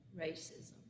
racism